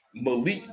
Malik